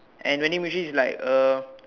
and vending machine is like uh